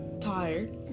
tired